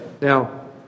Now